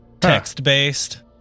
text-based